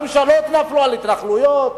ממשלות נפלו על התנחלויות,